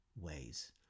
ways